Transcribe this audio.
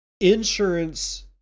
insurance